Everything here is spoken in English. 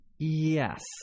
Yes